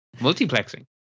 Multiplexing